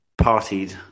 partied